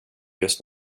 just